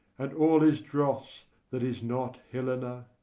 and all is dross that is not helena.